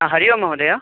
ह हरिः ओं महोय